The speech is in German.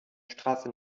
straße